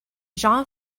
jean